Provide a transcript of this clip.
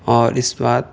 اور اس بات